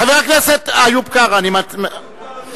חבר הכנסת איוב קרא, איוב קרא, תבקש ממנה סליחה.